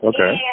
Okay